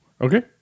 Okay